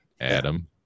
Adam